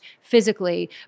physically